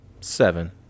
Seven